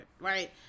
right